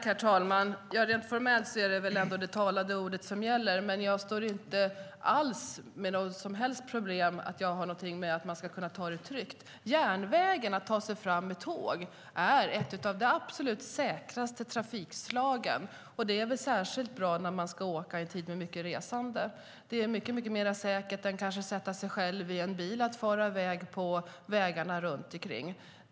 Herr talman! Rent formellt är det väl ändå det talade ordet som gäller, men jag har inget som helst problem med att man ska kunna ha det tryggt. Järnvägen, att ta sig fram med tåg, är ett av de absolut säkraste trafikslagen, och det är särskilt bra när man ska åka i tider med mycket resande. Det är mycket mer säkert än att sätta sig i en bil och fara i väg på vägarna runt ikring.